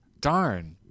darn